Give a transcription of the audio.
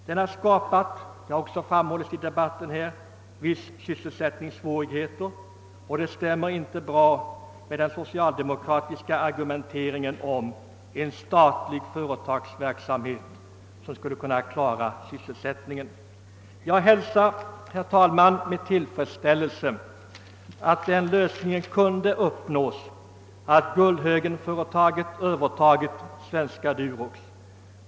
Den har, såsom har framhållits i debatten här, skapat vissa sysselsättningssvårigheter, och detta stämmer inte bra med den socialdemokratiska argumenteringen om att statlig företagsverksamhet skulle öka sysselsättningen. Jag hälsar, herr talman, med tillfredsställelese att den lösningen kunnat uppnås, att Gullhögen övertagit Svenska Durox.